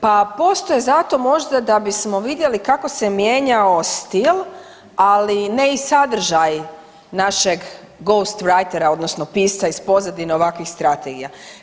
Pa postoje zato možda da bismo vidjeli kao se mijenjao stil, ali ne i sadržaj našeg ghost writer-a odnosno pisca iz pozadine ovakvih strategija.